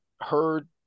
heard